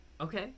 Okay